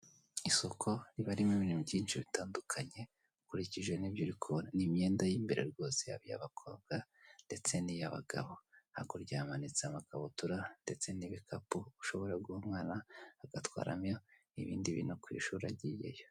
Isoko riba ririmo ibintu byinshi bitandukanye ukurikije nibyo uri kubona nimyenda yimbere rwose yabakobwa ndetse niyabagabo hakurya hamanitse amakabutura ndetse nibikapu ushobora guha umwana agatwaramo ibindi bintu kwishuri agiyeyo.